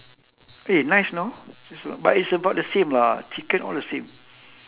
eh nice you know it's a but is about the same lah chicken all the same